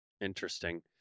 Interesting